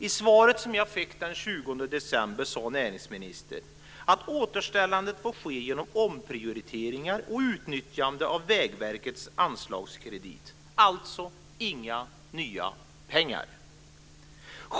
I det svar jag fick den 20 december sade näringsministern att återställandet får ske genom omprioriteringar och utnyttjande av Vägverkets anslagskredit. Det blev alltså inga nya pengar.